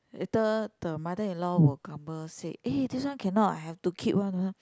later the mother in law will grumble said eh this one cannot I have to keep one ah